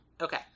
Okay